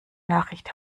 nachricht